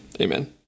Amen